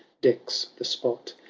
decks the spot.